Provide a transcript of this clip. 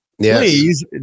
please